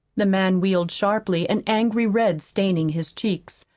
the man wheeled sharply, an angry red staining his cheeks.